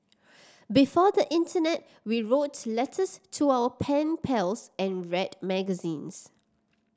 before the internet we wrote letters to our pen pals and read magazines